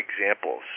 examples